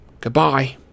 Goodbye